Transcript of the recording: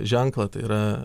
ženklą tai yra